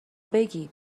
بگی